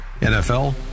NFL